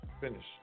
Finish